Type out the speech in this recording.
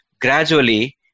gradually